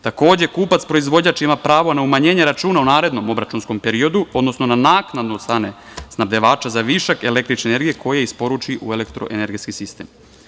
Takođe, kupac-proizvođač ima pravo na umanjenje računa u narednom obračunskom periodu, odnosno na naknadu od strane snabdevača za višak električne energije koju isporuči u elektroenergetski sistem.